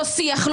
לא שיח,